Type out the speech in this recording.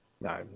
No